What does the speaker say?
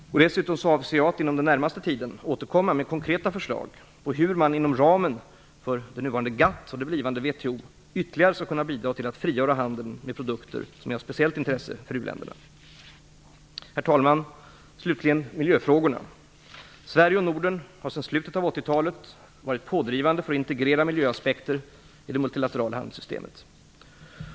Jag avser dessutom att inom den närmaste tiden återkomma med konkreta förslag på hur man inom ramen för nuvarande GATT och blivande WTO ytterligare skall kunna bidra till att frigöra handeln med produkter som är av speciellt intresse för uländerna. Herr talman! Slutligen tar jag upp miljöfrågorna. Sverige och Norden har sedan slutet av 1980-talet varit pådrivande för att integrera miljöaspekter i det multilaterala handelssystemet.